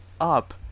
up